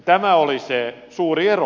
tämä oli se suuri ero